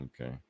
okay